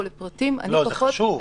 כל הנושא של ההמלצה על אזור מוגבל,